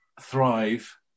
thrive